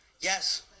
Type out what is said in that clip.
Yes